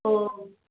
ஓ